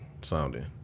sounding